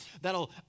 that'll